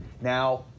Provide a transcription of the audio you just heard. Now